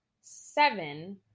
seven